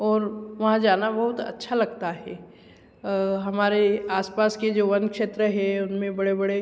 और वहाँ जाना बहुत अच्छा लगता है हमारे आस पास के जो वन क्षेत्र है उनमें बड़े बड़े